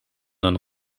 een